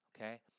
okay